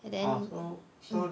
and then mm